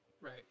Right